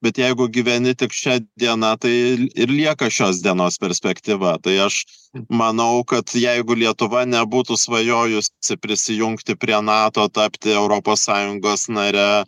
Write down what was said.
bet jeigu gyveni tik šia diena tai ir lieka šios dienos perspektyva tai aš manau kad jeigu lietuva nebūtų svajojusi prisijungti prie nato tapti europos sąjungos nare